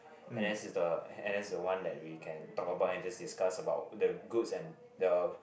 N_S is the N_S is the one that we can talk about and just discuss about the goods and the